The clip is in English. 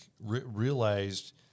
realized